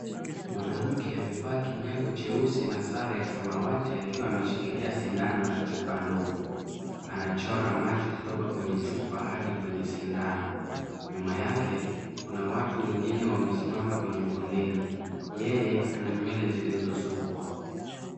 Mwanamke amevaa kinyago cheusi na sare ya samawati akiwa ameshikilia sindano na chupa ndogo. Anachota maji kutoka kwenye chupa hadi kwenye sindano. Nyuma yake kuna watu wengine wamesimama kwenye foleni. Yeye ana nywele zilizosukwa.